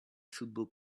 football